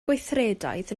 gweithredoedd